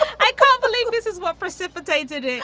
i can't believe this is what precipitated